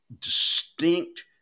distinct